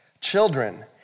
Children